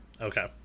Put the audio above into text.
Okay